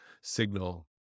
signal